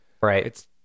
right